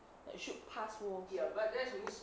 shoot past walls